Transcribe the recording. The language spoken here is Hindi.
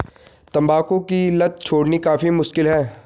तंबाकू की लत छोड़नी काफी मुश्किल है